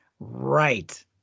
Right